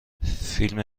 فیلم